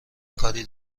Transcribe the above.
کاری